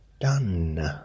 done